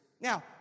Now